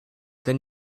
than